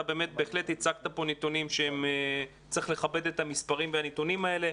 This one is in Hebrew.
אתה בהחלט הצגת פה נתונים שצריך לכבד את המספרים והנתונים האלה,